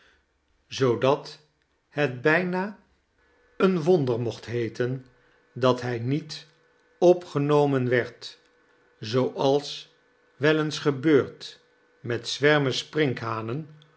zooclat het bijna een chaeles dickens wonder heeten mocht dat hg ndet opgenomen werd zooals wel eens gebeurt met zwermen sprinkhanen